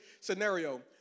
scenario